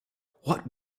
what